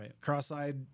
cross-eyed